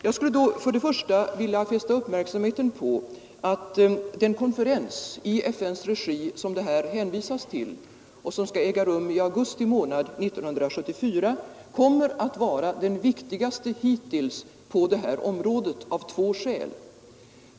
Jag skulle då först och främst vilja fästa uppmärksamheten på att den konferens i FN:s regi som det här hänvisas till och som skall äga rum i augusti månad 1974 kommer att vara den viktigaste hittills på det här området av två skäl.